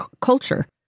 culture